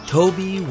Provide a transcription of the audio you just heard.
Toby